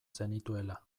zenituela